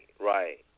right